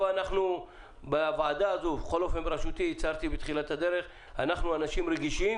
בוועדה הזאת בראשותי אנחנו אנשים רגישים